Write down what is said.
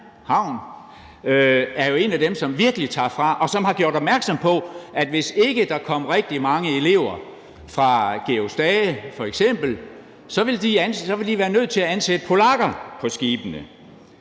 havn, er jo et af dem, som virkelig tager fra, og som har gjort opmærksom på, at hvis ikke der kom rigtig mange elever fra f.eks. »Georg Stage«, ville de være nødt til at ansætte polakker på skibene.